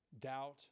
doubt